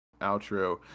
outro